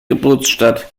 geburtsstadt